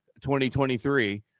2023